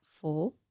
four